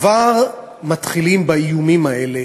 כבר מתחילים באיומים האלה